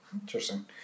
interesting